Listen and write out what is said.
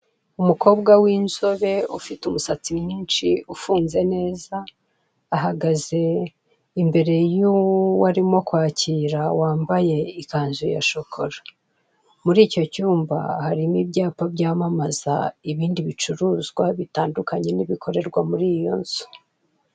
Umukobwa w'inzobe, ufite umusatsi mwinshi ufunze neza, ahagaze imbere y'uwo arimo kwakira, wambaye ikanzu ya shokora. Muri icyo cyumba harimo ibyapa byamamaza ibindi bicuruzwa bitandukanye n'ibikorerwa muri iyo nzu.